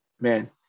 man